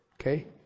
Okay